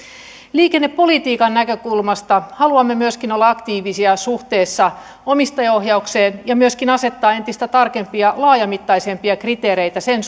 liikennepolitiikan näkökulmasta haluamme myöskin olla aktiivisia suhteessa omistajaohjaukseen ja myöskin asettaa entistä tarkempia laajamittaisempia kriteereitä sen